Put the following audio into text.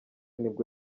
nibwo